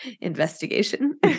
investigation